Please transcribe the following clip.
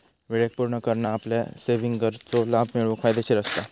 वेळेक पुर्ण करना आपल्या सेविंगवरचो लाभ मिळवूक फायदेशीर असता